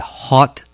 hot